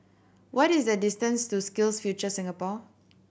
what is the distance to SkillsFuture Singapore